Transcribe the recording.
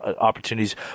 opportunities